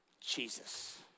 Jesus